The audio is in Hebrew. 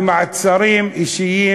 במעצרים אישיים,